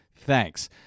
Thanks